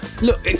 Look